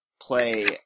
play